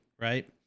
right